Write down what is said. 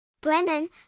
Brennan